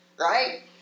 right